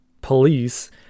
police